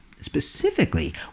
specifically